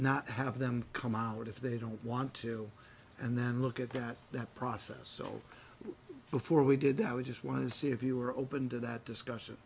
not have them come out if they don't want to and then look at that that process so before we did that we just wanted to see if you were open to that discussion